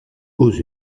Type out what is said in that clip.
aux